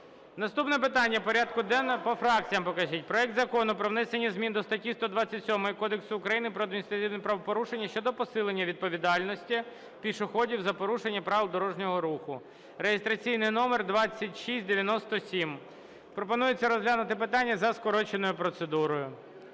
Наступне питання порядку денного. (По фракціям покажіть) Проект Закону про внесення змін до статті 127 Кодексу України про адміністративні правопорушення щодо посилення відповідальності пішоходів за порушення правил дорожнього руху (реєстраційний номер 2697). Пропонується розглянути питання за скороченою процедурою.